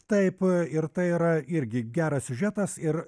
taip ir tai yra irgi geras siužetas ir